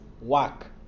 work